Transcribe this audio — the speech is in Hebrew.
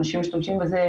אנשים משתמשים בזה,